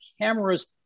cameras